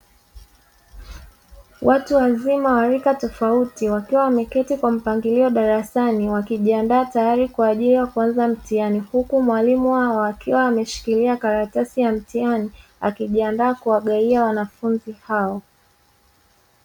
Watu wazima wa rika tofauti, wakiwa wameketi kwa mpangilio darasani, wakijiandaa tayari kwa ajili ya kuanza mtihani, huku mwalimu wao akiwa ameshikilia karatasi ya mtihani, akijiandaa kuwagawia wanafunzi hao.